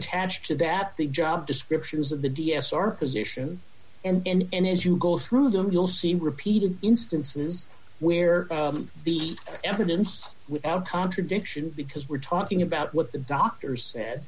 attached to that the job descriptions of the d s are position and as you go through them you'll see repeated instances where the evidence without contradiction because we're talking about what the doctor said